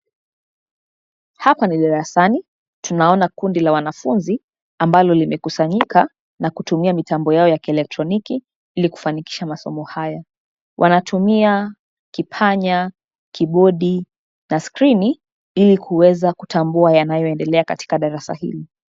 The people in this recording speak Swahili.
Hapa ni darasani, tunaona kundi la wanafunzi, ambalo limekusanyika, na kutumia mitambo yao ya kieletroniki, ili kufanikisha masomo haya. Wanatumia, kipanya, kibodi na skrini, ilikuweza kutambua yanayoendelea katika darasa hili.